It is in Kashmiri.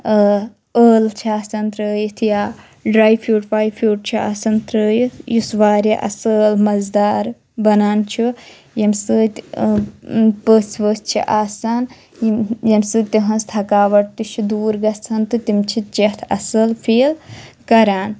ٲ ٲل چھِ آسان ترٲوِتھ یا ڈرٛاے فرٛوٗٹ واے فرٛوٗٹ چھِ آسان ترٛٲوِتھ یُس واریاہ اَصٕل مَزٕدار بَنان چھُ ییٚمہِ سۭتۍ پٔژھۍ وژھۍ چھِ آسان ییٚمہِ سۭتۍ تِہٕنٛز تھکاوَٹ تہِ چھِ دوٗر گَژھان تہٕ تِم چھِ چٮ۪تھ اَصٕل فیٖل کَران